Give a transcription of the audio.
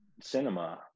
cinema